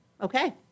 Okay